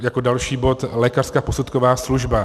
Jako další bod lékařská posudková služba.